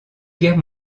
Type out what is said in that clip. guerres